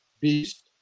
beast